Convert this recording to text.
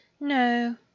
No